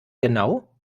genau